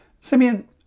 Simeon